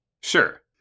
Sure